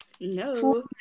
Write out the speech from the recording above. No